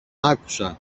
άκουσα